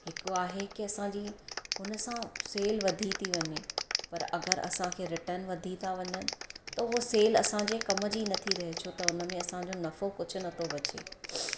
हिकु आहे की असांजी हुनसां सेल वधी थी वञे पर असांखे रिटन वधी था वञनि त हो सेल असांजे कम जी नथी रहे छो त उनमें असांजो नफ़ो कुझु नथो बचे